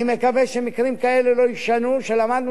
שלקח הדלקה בכרמל אכן